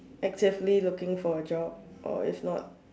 actively looking for a job or is not